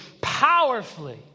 powerfully